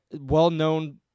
well-known